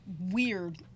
weird